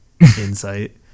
insight